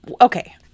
Okay